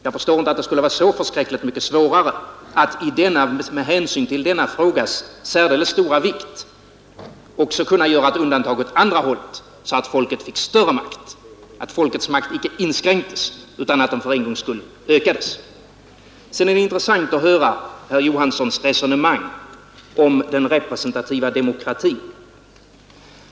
Jag förstår inte att det skulle vara så förskräckligt mycket svårare att, med hänsyn till denna frågas särdeles stora vikt, också göra ett undantag åt andra hållet, så att folket får större makt — att folkets makt icke inskränkes utan för en gångs skull ökades. Sedan är det intressant att höra herr Johanssons resonemang om den representativa demokratin.